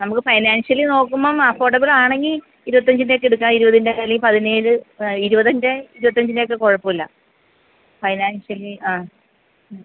നമുക്ക് ഫൈനാൻഷ്യലി നോക്കുമ്പം അഫോർഡബിൾ ആണെങ്കിൽ ഇരുപത്തഞ്ചിൻ്റെ ഒക്കെ എടുക്കാം ഇരുപതിൻ്റെ അല്ലെങ്കിൽ പതിനേഴ് ഇരുപതിൻ്റെ ഇരുപത്തഞ്ചിൻ്റെ ഒക്കെ കുഴപ്പം ഇല്ല ഫൈനാൻഷ്യലി ആ മ്മ്